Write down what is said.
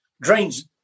drains